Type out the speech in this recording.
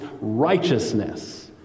righteousness